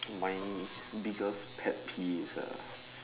my biggest pet peeve ah